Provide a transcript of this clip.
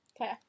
Okay